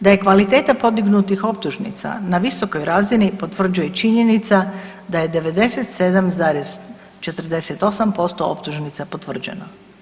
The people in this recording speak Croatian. Da je kvaliteta podignutih optužnica na visokoj razini potvrđuje i činjenica da je 97,48% optužnica potvrđeno.